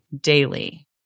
daily